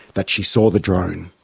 that she saw the drone.